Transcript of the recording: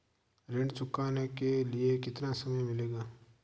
ऋण चुकाने के लिए कितना समय मिलेगा?